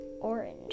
Orange